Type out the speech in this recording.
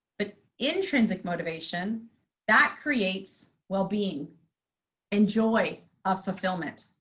but intrinsic motivation that creates wellbeing and joy of fulfillment.